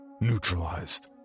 Neutralized